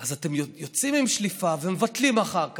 אז אתם יוצאים עם שליפה ומבטלים אחר כך?